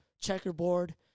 Checkerboard